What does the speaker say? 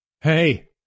Hey